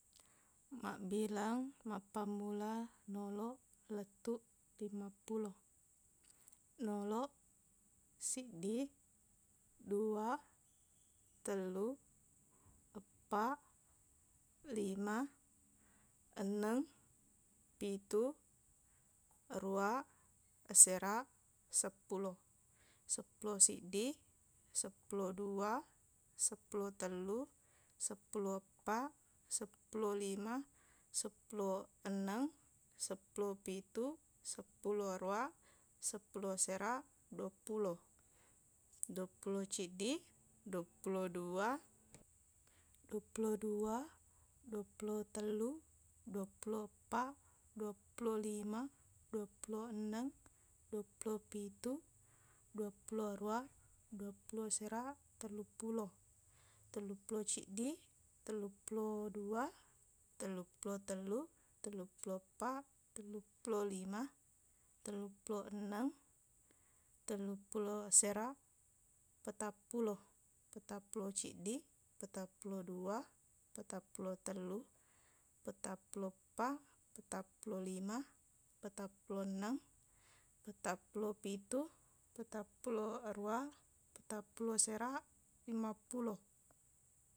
Mabbilang mappammula noloq lettuq limappulo noloq siddi dua tellu eppaq lima enneng pitu aruwa asera seppulo seppulo siddi seppulo dua seppulo tellu seppulo eppaq seppulo lima seppulo enneng seppulo pitu seppulo aruwa seppulo asera duappulo duappulo ciddi duappulo dua duappulo dua duappulo tellu duappulo eppaq duappulo lima duappulo enneng duappulo pitu duappulo aruwa duappulo asera telluppulo telluppulo ciddi telluppulo dua tellupplo tellu telluppulo eppaq telluppulo lima telluppulo enneng telluppulo asera petappulo petappulo ciddi petappulo dua petappulo tellu petappulo eppaq petappulo lima petappulo enneng petappulo pitu petappulo aruwa petappulo asera limappulo